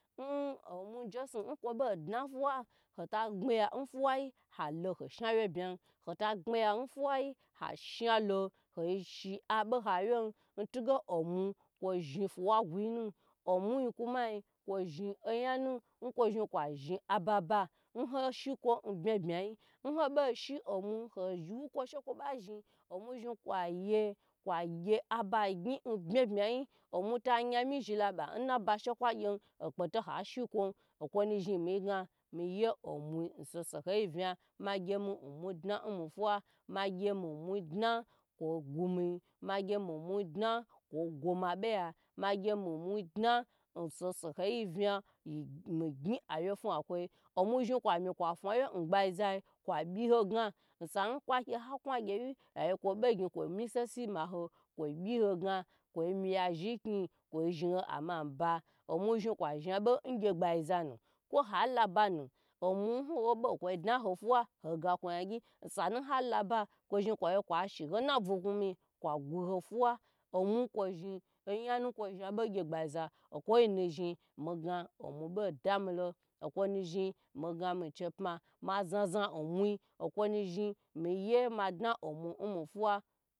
N omwui n jesnu n kobo dna fwuwa yi hoto bneya halo hoshi aboha wyen n tugye omwui zhni fwuwa guyinu omwui kumanyi kozhni onyanu kozhni kwa zhni aba aba n ha shi ko n byebye yi n hobo shi omwui howuko shekwo ba zhni omwui zhni kwaye kwagye aba gye n byebyeyi omwui tanyiamyi zhe laba she kwagyi akpa toha she kon okonu zhni miyi gna mi ye omwui n saho saho yi vyi mi gye mi omwui dna n mi fwuwa mi gye mi omwui dna ko gumi ma gye mi omwui dna ko goma boya magye mi omwui dna n saho saho yi vyi mi gye awye fya n koi omwui zhni komi kwafya n gbaizai kwabyi hogna osa n kwagye hakwu gyiwyi hagye ko bogni ko mi sesi maho ko byiho gna ko meya zhe nyi ko zhni mam ba omwui zhni kwa zhnibo gye gbaizanu ko halaba nu omwui hobo koi dna ho fwuwa hoi gako nyagyi sanu halaba ko zhni koye ko shi na bwukomi kwa gwuho fwuwa omwui ko zhni onya nu ko zhni bo gye gbaiza o koi nu zhni mi gna omwui bo damlo o konu zhni mi gna mi chei pma ma zhnazhna omwui o konu zhni mi ye ma dna omwui mi fwuwa.